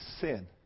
sin